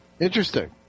interesting